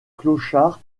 clochard